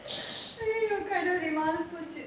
!aiyoyo! கடவுளே மானம் போச்சு:kadavulae maanam pochu